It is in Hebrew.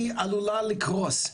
היא עלולה לקרוס.